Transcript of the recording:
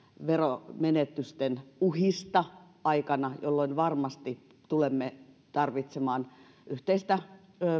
veromenetysten uhista aikana jolloin varmasti tulemme tarvitsemaan yhteistä